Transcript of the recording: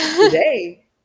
Today